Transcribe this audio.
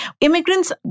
Immigrants